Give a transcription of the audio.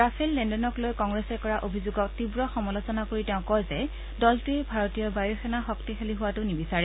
Rafale লেনদেনক লৈ কংগ্ৰেছে কৰা অভিযোগক তীৱ সমালোচনা কৰি তেওঁ কয় যে দলটোৱে ভাৰতীয় বায়ু সেনা শক্তিশালী হোৱাটো নিবিচাৰে